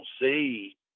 see